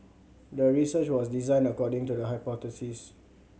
the research was designed according to the hypothesis